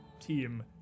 team